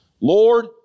Lord